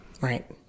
Right